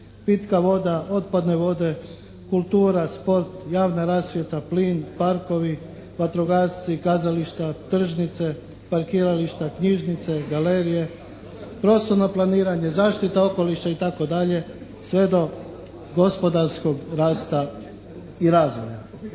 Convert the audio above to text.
pitka voda, otpadne vode, kultura, sport, javna rasvjeta, plin, parkovi, vatrogasci, kazališta, tržnice, parkirališta, knjižnice, galerije, prostorno planiranje, zaštita okoliša itd. sve do gospodarskog rasta i razvoja.